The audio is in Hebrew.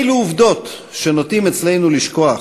אלו עובדות שנוטים אצלנו לשכוח,